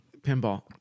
pinball